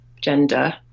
gender